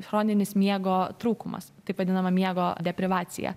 chroninis miego trūkumas taip vadinama miego deprivacija